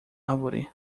árvore